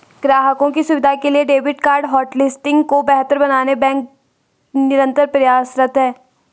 ग्राहकों की सुविधा के लिए डेबिट कार्ड होटलिस्टिंग को बेहतर बनाने बैंक निरंतर प्रयासरत है